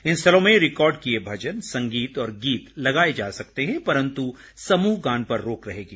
इन स्थलों में रिकार्ड किए भजन संगीत और गीत लगाए जा सकते हैं परंतु समूहगान पर रोक रहेगी